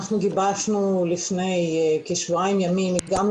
אנחנו גיבשנו לפני כשבועיים ימים הגענו